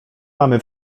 mamy